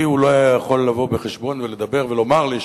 אלי הוא לא היה יכול לבוא עם חשבון ולדבר ולומר לי,